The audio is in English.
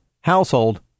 household